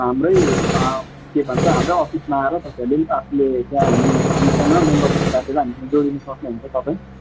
हाम्रै के भन्छ हाम्रै अफिसमा आएर तपाईँहरूले पनि आफूले चाहिँ हामी हामीसँग मेम्बरसिप काटेर हामीसँग जोडिनु सक्नुहुन्छ तपाईँ